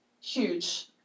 huge